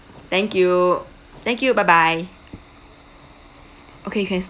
thank you thank you bye bye okay you can